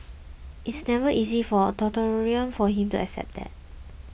it's never easy for an authoritarian like him to accept that